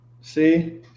See